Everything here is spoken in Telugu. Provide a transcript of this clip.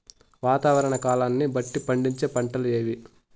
వాతావరణ కాలాన్ని బట్టి పండించే పంటలు ఏవి?